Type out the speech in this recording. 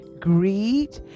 greed